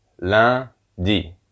lundi